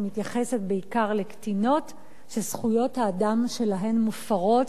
מתייחסת בעיקר לקטינות שזכויות האדם שלהן מופרות,